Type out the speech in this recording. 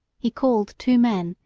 he called two men,